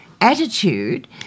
attitude